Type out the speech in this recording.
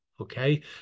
Okay